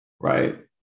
Right